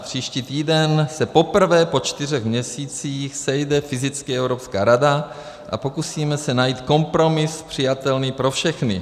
Příští týden se poprvé po čtyřech měsících sejde fyzicky Evropská rada a pokusíme se najít kompromis přijatelný pro všechny.